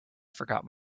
forgot